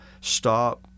Stop